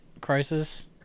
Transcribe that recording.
Crisis